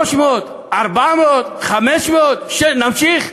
300, 400, 500, 600, נמשיך?